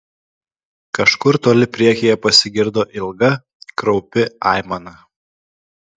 kažkur toli priekyje pasigirdo ilga kraupi aimana